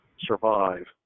Survive